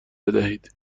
بدهید